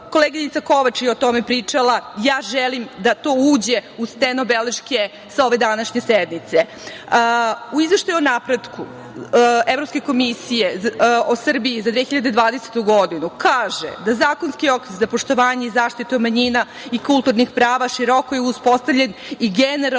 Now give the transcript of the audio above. komisije. Koleginica Kovač je o tome pričala i ja želim da to uđe u stenobeleške sa ove današnje sednice.U Izveštaju o napretku Evropske komisije o Srbiji za 2020. godinu kaže da „zakonski okvir za poštovanje i zaštitu manjina i kulturnih prava široko je uspostavljen i generalno ima